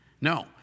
No